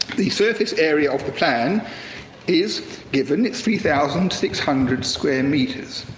the surface area of the plan is given. it's three thousand six hundred square meters.